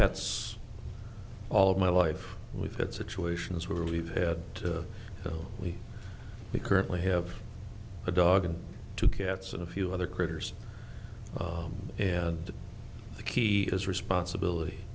pets all of my life we've had situations where we've had to we've we currently have a dog and two cats and a few other critters and the key is responsibility